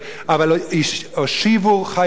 אבל הושיבו חיילים,